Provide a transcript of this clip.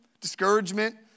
Discouragement